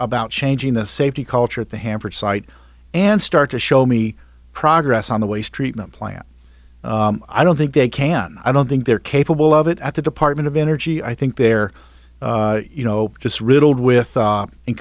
about changing the safety culture at the hanford site and start to show me progress on the waste treatment plant i don't think they can i don't think they're capable of it at the department of energy i think they're you know just riddled with